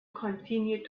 continue